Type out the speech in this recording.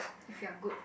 if you're good